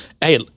hey